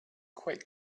quite